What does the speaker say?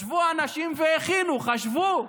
ישבו אנשים והכינו, חשבו,